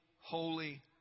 holy